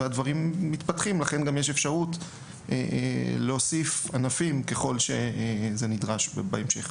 לכן יש אפשרות להוסיף ענפים, ככל שזה נדרש בהמשך.